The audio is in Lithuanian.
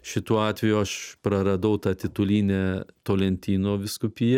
šituo atveju aš praradau tą titulinę tolentino vyskupiją